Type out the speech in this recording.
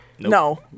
no